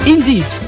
Indeed